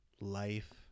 life